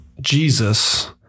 Jesus